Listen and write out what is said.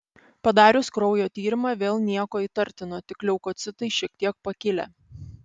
padarius kraujo tyrimą vėl nieko įtartino tik leukocitai šiek tiek pakilę